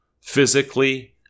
physically